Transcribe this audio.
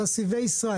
ששי וישראל.